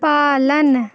पालन